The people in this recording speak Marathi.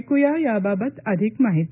ऐकूया याबाबत अधिक माहिती